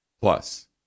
Plus